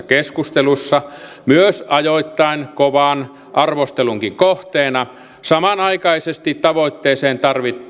keskustelussa ajoittain myös kovan arvostelun kohteena samanaikaisesti tavoitteeseen